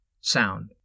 sound